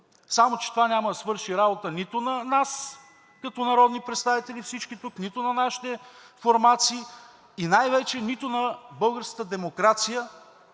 Само че това няма да свърши работа нито на нас като народни представители, всички тук, нито на нашите формации и най-вече нито на българската демокрация,